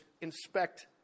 inspect